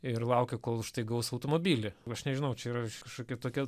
ir laukia kol už tai gaus automobilį aš nežinau čia yra kažkokia tokia